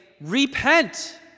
repent